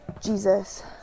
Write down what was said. Jesus